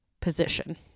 position